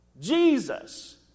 Jesus